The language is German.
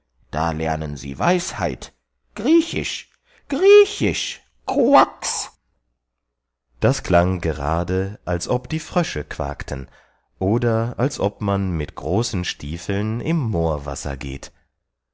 da lernen sie weisheit griechisch griechisch koax das klang gerade als ob die frösche quakten oder als ob man mit großen stiefeln im moorwasser geht